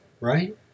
right